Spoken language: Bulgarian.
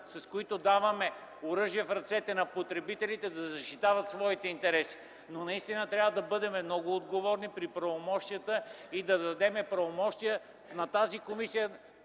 с които даваме оръжие в ръцете на потребителите, за да защитават своите интереси, но трябва да бъдем много отговорни относно правомощията и да дадем правомощия на тази комисия,